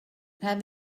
have